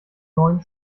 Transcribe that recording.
neun